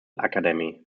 academy